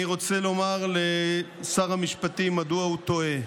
אני רוצה לומר לשר המשפטים מדוע הוא טועה.